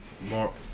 more